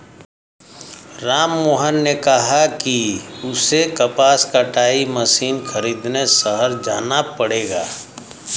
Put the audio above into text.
राममोहन ने कहा कि उसे कपास कटाई मशीन खरीदने शहर जाना पड़ेगा